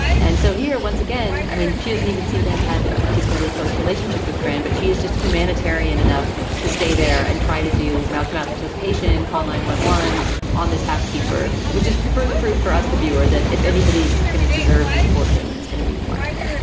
and so here once again, i mean, she doesn't even seem to have had a particularly close relationship with fran. but she is just humanitarian enough to stay there and try to do mouth to mouth resuscitation and call nine one one on this housekeeper, which is further proof for us, the viewer, that if anybody's gonna deserve this fortune, it's gonna be marta.